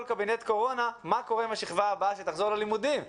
קבינט קורונה מה קורה עם השכבה הבאה שתחזור ללימודים.